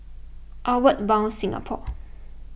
Outward Bound Singapore